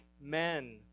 men